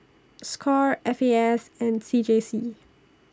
SCORE F A S and C J C